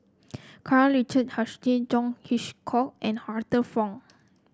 Karl Richard Hanitsch John Hitchcock and Arthur Fong